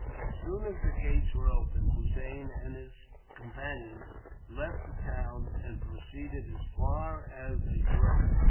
as soon as the gates were open, hossein and his companions left the town, and proceeded as far as a grove,